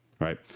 right